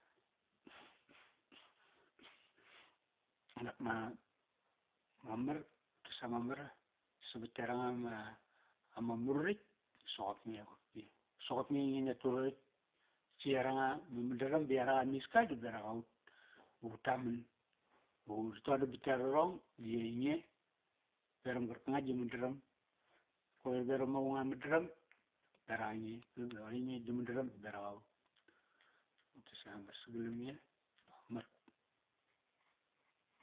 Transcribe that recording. Dap ma, mamar. Ngua tes ama mar savat yaranga ma, ama muraritk soqop nge qopki. Soqop nge ainge ngia tu raritk sa yaranga ma madaram ba yarak amiska di berak aut. Ba utama, ba va uri todam bat yararong di ainge, veram qarkanga gi mandaram. Qoir veram aung a mandaram beraqa nge ainge gi mandaram ba berak aut. Utes ama mar sagalam nge. Mamar.